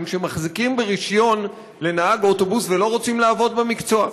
שמחזיקים ברישיון לנהג אוטובוס ולא רוצים לעבוד במקצוע.